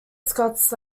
scots